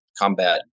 combat